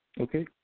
Okay